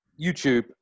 YouTube